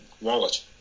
wallet